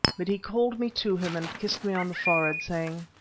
but he called me to him and kissed me on the forehead, saying,